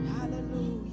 hallelujah